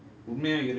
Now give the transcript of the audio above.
சொல்ல போனா:solla ponaa